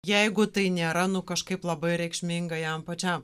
jeigu tai nėra nu kažkaip labai reikšminga jam pačiam